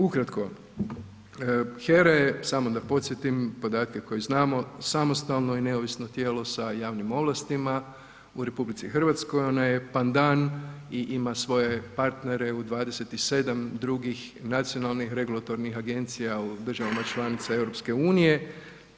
Ukratko, HERA je samo da podsjetim, podatke koje znamo, samostalno i neovisno tijelo sa javnim ovlastima u RH, ona je pandan i ima svoje partnere u 27 drugih nacionalnih regulatornih agencija u državama članica EU-a.